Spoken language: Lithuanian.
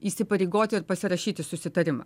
įsipareigoti ir pasirašyti susitarimą